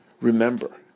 Remember